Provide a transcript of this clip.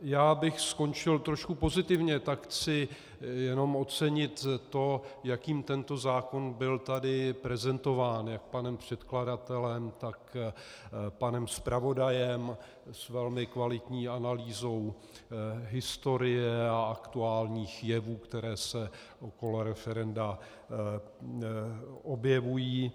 Já bych skončil trošku pozitivně, tak chci jenom ocenit to, jak tento zákon byl tady prezentován jak panem předkladatelem, tak panem zpravodajem, s velmi kvalitní analýzou historie a aktuálních jevů, které se okolo referenda objevují.